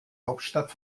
hauptstadt